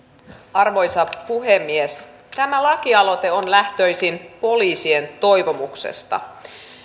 arvoisa puhemies tämä lakialoite on lähtöisin poliisien toivomuksesta